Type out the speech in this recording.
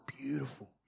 beautiful